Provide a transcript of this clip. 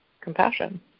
compassion